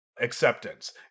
acceptance